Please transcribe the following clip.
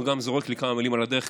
הוא זורק גם לי כמה מילים על הדרך,